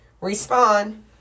respond